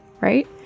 right